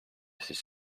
siis